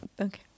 Okay